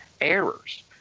errors